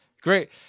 great